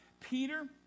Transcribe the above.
Peter